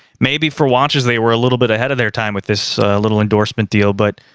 maybe for watches, they were a little bit ahead of their time with this little endorsement deal but,